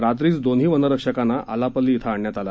रात्रीच दोन्ही वनरक्षकांना आलापल्ली क्रं आणण्यात आलं